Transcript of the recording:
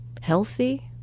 Healthy